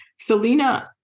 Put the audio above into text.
Selena